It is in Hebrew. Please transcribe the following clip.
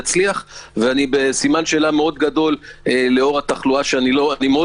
ואני בסימן שאלה מאוד גדול לאור התחלואה אני מאוד